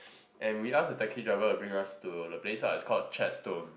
and we ask the taxi driver to bring us to the place lah it's called Chadstone